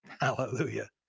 hallelujah